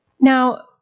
Now